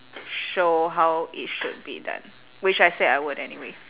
show how it should be done which I said I would anyway